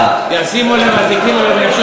כך זה ייראה, כך זה ייראה.